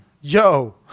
yo